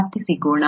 ಮತ್ತೆ ಸಿಗೋಣ